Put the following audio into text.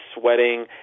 sweating